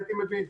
הייתי מבין.